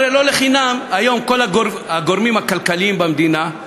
הרי לא לחינם היום כל הגורמים הכלכליים במדינה,